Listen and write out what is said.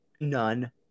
None